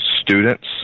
students